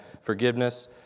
forgiveness